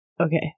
Okay